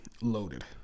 loaded